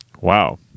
Wow